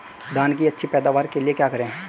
धान की अच्छी पैदावार के लिए क्या करें?